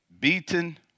Beaten